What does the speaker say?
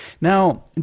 Now